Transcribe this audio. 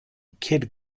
kid